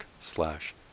slash